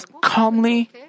calmly